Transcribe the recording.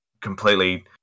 completely